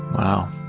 wow.